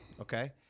okay